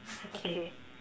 okay